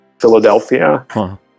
Philadelphia